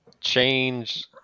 change